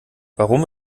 warum